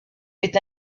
est